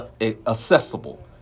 accessible